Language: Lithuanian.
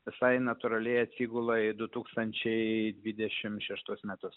visai natūraliai atsigula į du tūkstančiai dvidešim šeštus metus